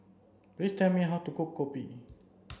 please tell me how to cook Kopi